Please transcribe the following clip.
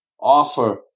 offer